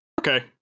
Okay